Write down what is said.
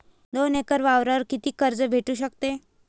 दोन एकर वावरावर कितीक कर्ज भेटू शकते?